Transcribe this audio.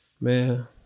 man